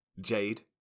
Jade